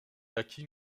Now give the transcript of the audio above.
acquit